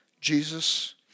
Jesus